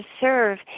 serve